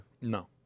No